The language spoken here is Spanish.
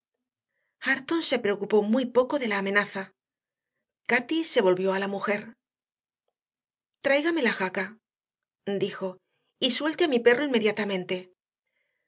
hareton se preocupó muy poco de la amenaza cati se volvió a la mujer tráigame la jaca dijo y suelte a mi perro inmediatamente